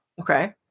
Okay